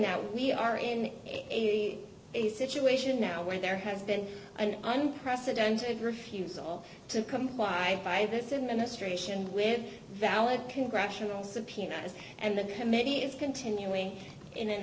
now we are in a situation now where there has been an unprecedented refusal to comply by this administration with valid congressional subpoenas and the committee is continuing in an